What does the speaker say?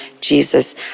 Jesus